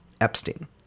Epstein